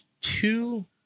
two